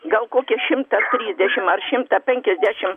gal kokia šimtą trisdešim ar šimtą penkiasdešim